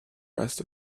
rest